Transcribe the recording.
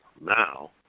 now